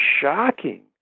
shocking